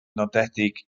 nodedig